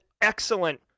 excellent